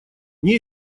мне